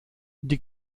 die